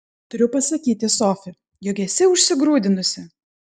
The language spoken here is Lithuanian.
turiu pasakyti sofi jog esi užsigrūdinusi